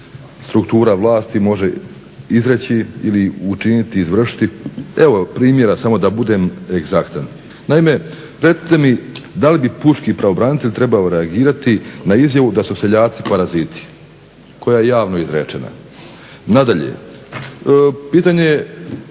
struktura vlasti može izreći ili učiniti i izvršiti. Evo primjera, samo da budem egzaktan. Naime, recite mi da li bi pučki pravobranitelj trebao reagirati na izjavu da su seljaci paraziti? Koja je javno izrečena, nadalje, pitanje evo